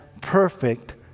perfect